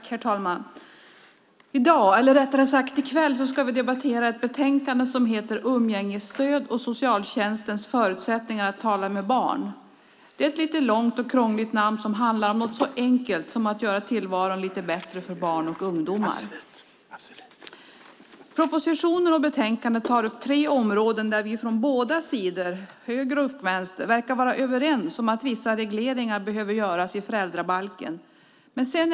Herr talman! I dag, eller rättare sagt i kväll, ska vi debattera ett betänkande som heter Umgängesstöd och socialtjänstens förutsättningar att tala med barn . Det är ett lite långt och krångligt namn på något som handlar om något så enkelt som att göra tillvaron lite bättre för barn och ungdomar. Propositionen och betänkandet tar upp tre områden där vi från båda sidor, höger och vänster, verkar vara överens om att vissa regleringar i föräldrabalken behöver göras.